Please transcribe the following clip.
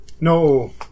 No